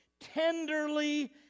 tenderly